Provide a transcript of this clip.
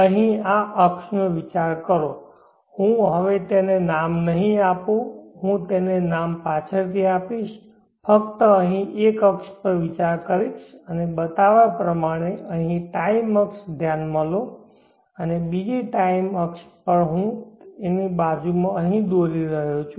અહીં આ અક્ષનો વિચાર કરો હું હવે તેને નામ નહિ આપું હું તેને નામ પાછળથી આપીશ ફક્ત અહીં એક અક્ષ પર વિચાર કરીશ અને બતાવ્યા પ્રમાણે અહીં ટાઈમ અક્ષ ધ્યાનમાં લો અને બીજી ટાઇમ અક્ષ પણ હું તેની બાજુમાં અહીં દોરી રહ્યો છું